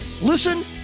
listen